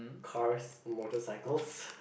cars motorcycles